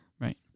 right